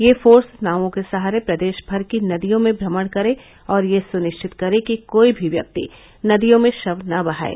यह फोर्स नावों के सहारे प्रदेशमर की नदियों में भ्रमण करे और यह सुनिश्चित करे कि कोई भी व्यक्ति नदियों में शव न बहाये